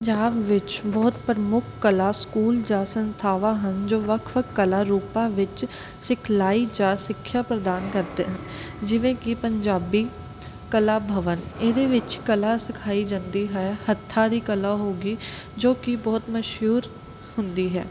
ਪੰਜਾਬ ਵਿੱਚ ਬਹੁਤ ਪ੍ਰਮੁੱਖ ਕਲਾ ਸਕੂਲ ਜਾਂ ਸੰਸਥਾਵਾਂ ਹਨ ਜੋ ਵੱਖ ਵੱਖ ਕਲਾ ਰੂਪਾਂ ਵਿੱਚ ਸਿਖਲਾਈ ਜਾਂ ਸਿੱਖਿਆ ਪ੍ਰਦਾਨ ਕਰਦੇ ਜਿਵੇਂ ਕਿ ਪੰਜਾਬੀ ਕਲਾ ਭਵਨ ਇਹਦੇ ਵਿੱਚ ਕਲਾ ਸਿਖਾਈ ਜਾਂਦੀ ਹੈ ਹੱਥਾਂ ਦੀ ਕਲਾ ਹੋ ਗਈ ਜੋ ਕਿ ਬਹੁਤ ਮਸ਼ਹੂਰ ਹੁੰਦੀ ਹੈ